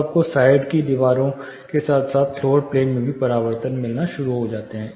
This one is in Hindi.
तो आपको साइड की दीवारों के साथ साथ फ़्लोर प्लेन से भी परावर्तनब मिलना शुरू हो जाता है